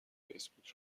فیسبوک